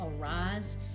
arise